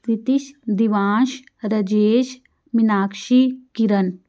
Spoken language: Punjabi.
ਸਤੀਸ਼ ਦਿਵਾਂਸ਼ ਰਜੇਸ਼ ਮੀਨਾਕਸ਼ੀ ਕਿਰਨ